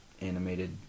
animated